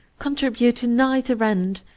contribute to neither end,